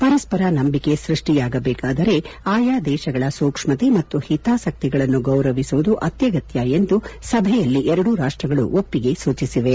ಪರಸ್ಪರ ನಂಬಿಕೆ ಸೃಷ್ಷಿಯಾಗಬೇಕಾದರೆ ಆಯಾ ದೇಶಗಳ ಸೂಕ್ಷ್ಮತೆ ಮತ್ತು ಹಿತಾಸಕ್ತಿಗಳನ್ನು ಗೌರವಿಸುವುದು ಅತ್ಯಗತ್ತ ಎಂದು ಸಭೆಯಲ್ಲಿ ಎರಡೂ ರಾಷ್ಷಗಳು ಒಪ್ಪಿಗೆ ಸೂಚಿಸಿವೆ